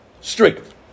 strict